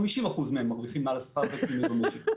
50% מהם מרוויחים מעל השכר הממוצע במשק.